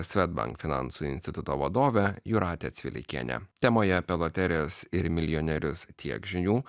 swedbank finansų instituto vadovė jūratė cvilikienė temoje apie loterijas ir milijonierius tiek žinių